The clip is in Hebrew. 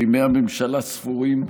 שימי הממשלה ספורים,